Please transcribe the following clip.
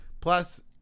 plus